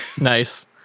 nice